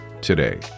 today